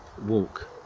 walk